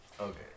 Okay